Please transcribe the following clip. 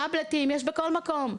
טאבלטים יש בכל מקום.